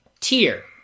tier